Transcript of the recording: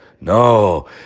No